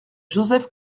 joseph